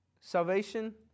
Salvation